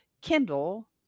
kindle